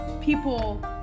people